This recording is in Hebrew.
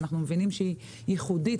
שאנחנו מבינים שהיא ייחודית,